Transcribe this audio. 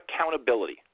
accountability